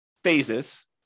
phases